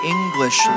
English